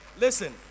listen